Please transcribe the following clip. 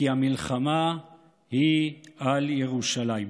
כי המלחמה היא על ירושלים.